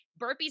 burpees